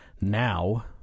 now